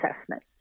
assessment